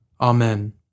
Amen